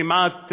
כמעט